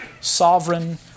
sovereign